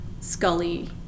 Scully